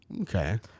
Okay